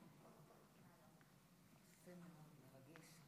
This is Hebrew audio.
אדוני היושב-ראש,